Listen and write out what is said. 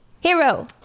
Hero